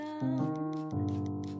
down